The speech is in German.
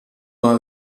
war